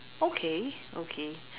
okay okay